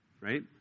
right